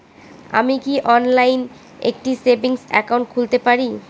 আমি কি অনলাইন একটি সেভিংস একাউন্ট খুলতে পারি?